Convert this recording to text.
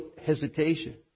hesitation